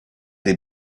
des